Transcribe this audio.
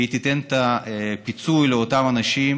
שתיתן את הפיצוי לאותם אנשים